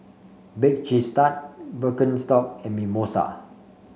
Bake Cheese Tart Birkenstock and Mimosa